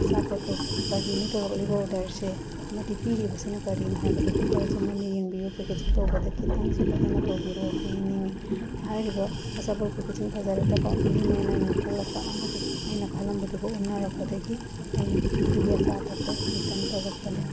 ꯑꯆꯥꯄꯣꯠꯇꯣ ꯀꯔꯤꯅꯣ ꯇꯧꯔꯛꯂꯤꯕ ꯑꯣꯗꯔꯁꯦ ꯑꯃꯗꯤ ꯄꯤꯔꯤꯕꯁꯤꯅ ꯀꯔꯤꯅꯣ ꯍꯥꯏꯕꯗꯣ ꯈꯔꯁꯨ ꯃꯨꯟꯅ ꯌꯦꯡꯕꯤꯌꯨ ꯄꯦꯀꯦꯖꯤꯡ ꯇꯧꯕꯗ ꯈꯤꯇꯪꯁꯨ ꯐꯖꯅ ꯇꯧꯕꯤꯔꯛꯎ ꯍꯥꯏꯅꯤꯡꯉꯤ ꯍꯥꯏꯔꯤꯕ ꯑꯆꯥꯄꯣꯠ ꯄꯦꯀꯦꯖꯤꯡ ꯐꯖꯔꯛꯇꯕ ꯃꯍꯤ ꯃꯅꯥꯏ ꯅꯤꯡꯊꯣꯛꯂꯛꯄ ꯑꯃꯗꯤ ꯑꯩꯅ ꯈꯜꯂꯝꯕꯗꯨꯒ ꯑꯣꯟꯅꯔꯛꯄꯗꯒꯤ ꯑꯩꯅ ꯑꯗꯨꯒꯤ ꯑꯆꯥ ꯑꯊꯛꯇꯣ ꯔꯤꯇꯟ ꯇꯧꯔꯛꯄꯅꯤ